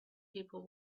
people